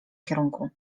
kierunku